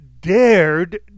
dared